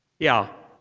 yeah,